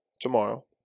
Tomorrow